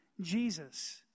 Jesus